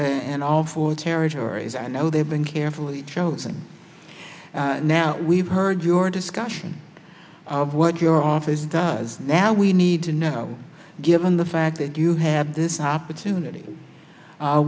and all four territories i know they've been carefully chosen now we've heard your discussion of what your office does now we need to know given the fact that you have this opportunity